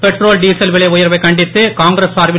petrol diesel விலை உயர்வைக் கண்டித்து காங்கிரஸ் சார்பில்